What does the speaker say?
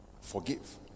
forgive